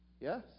Yes